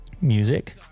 Music